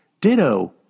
Ditto